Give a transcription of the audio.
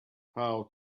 how